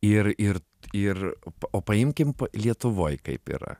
ir ir ir o paimkim lietuvoj kaip yra